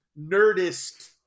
nerdist